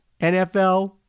NFL